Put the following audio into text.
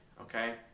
okay